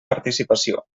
participació